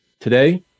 Today